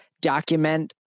document